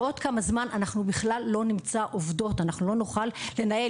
בעוד כמה זמן אנחנו בכלל לא נמצא עובדות ולא נוכל לנהל.